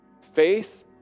Faith